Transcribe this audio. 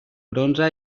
bronze